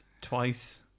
twice